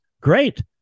Great